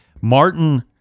Martin